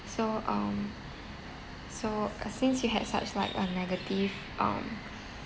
so um so uh since you had such like a negative um